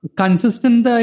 consistent